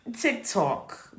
TikTok